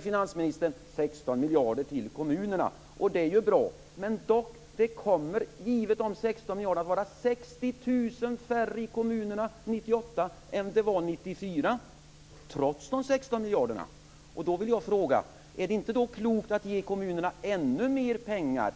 Finansministern säger att det blir 16 miljarder till kommunerna, och det är ju bra. Det kommer dock att vara 60 000 färre anställda i kommunerna 1998 än det var 1994 - trots de 16 miljarderna. Jag vill därför fråga: Är det då inte klokt att ge kommunerna ännu mera pengar?